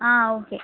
ஆ okay